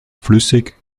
flüssig